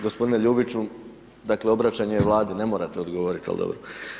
Gospodine Ljubiću, dakle obraćanje je Vladi ne morate odgovorit, al dobro.